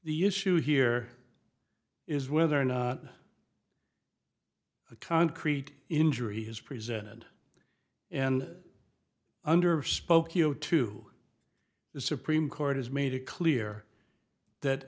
the issue here is whether or not a concrete injury has presented and under spokeo to the supreme court has made it clear that